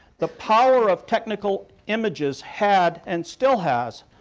the power of technical images had, and still has,